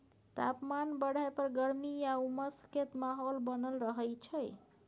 तापमान बढ़य पर गर्मी आ उमस के माहौल बनल रहय छइ